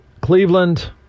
Cleveland